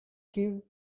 give